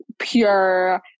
pure